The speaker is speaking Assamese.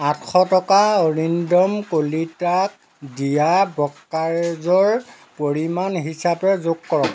আঠশ টকা অৰিন্দম কলিতাক দিয়া ব্ৰ'কাৰেজৰ পৰিমাণ হিচাপে যোগ কৰক